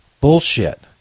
bullshit